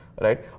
Right